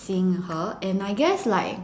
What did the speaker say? seeing her and I guess like